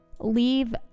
Leave